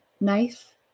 Knife